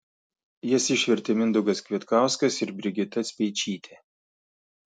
jas išvertė mindaugas kvietkauskas ir brigita speičytė